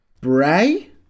Bray